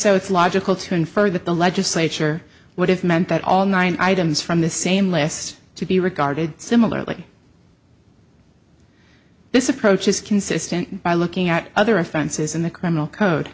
so it's logical to infer that the legislature would have meant that all nine items from the same list to be regarded similarly this approach is consistent by looking at other offenses in the criminal code